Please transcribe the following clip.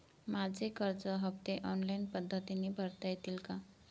माझे कर्ज हफ्ते ऑनलाईन पद्धतीने भरता येतील का?